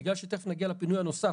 בגלל שתכף נגיע לפינוי הנוסף,